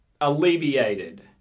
alleviated